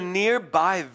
nearby